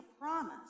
promise